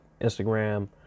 Instagram